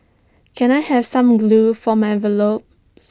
can I have some glue for my envelopes